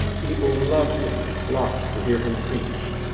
people loved him, and flocked to hear him preach.